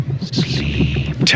sleep